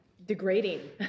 Degrading